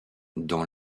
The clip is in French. dans